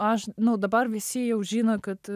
aš nu dabar visi jau žino kad